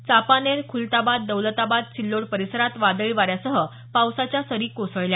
चापानेर खुलताबाद दौलताबाद सिल्लोड परिसरात वादळी वाऱ्यासह पावसाच्या सरी कोसळल्या